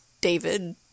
david